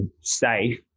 safe